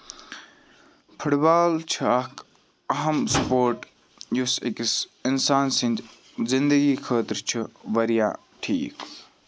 foot بال چھِ اکھ اَہم سپوٹ یُس أکِس اِنسان سندۍ زِندگی خٲطرٕ چھُ واریاہ ٹھیٖک